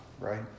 Right